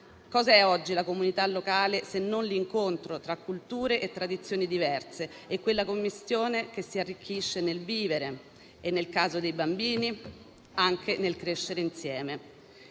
Cos'è oggi la comunità locale, se non l'incontro tra culture e tradizioni diverse? È quella commistione che si arricchisce nel vivere e, nel caso dei bambini, anche nel crescere insieme.